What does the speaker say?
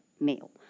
male